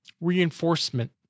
reinforcement